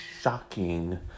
shocking